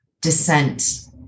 descent